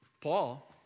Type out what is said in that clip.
Paul